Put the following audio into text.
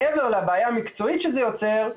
מעבר לבעיה המקצועית שזה יוצר,